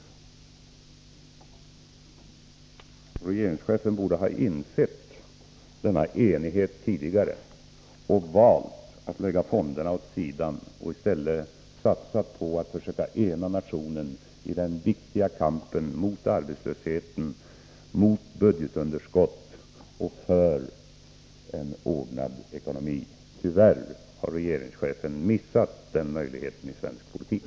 Regeringschefen borde ha insett denna enighet tidigare och valt att lägga fondförslaget åt sidan och i stället satsat på att försöka ena nationen i den viktiga kampen mot arbetslösheten, mot budgetunderskott och för en ordnad ekonomi. Tyvärr har regeringschefen missat den möjligheten i svensk politik.